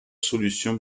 solutions